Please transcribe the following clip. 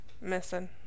missing